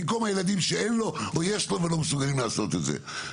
במקום הילדים שאין לו או יש לו ולא מסוגלים לעשות את זה.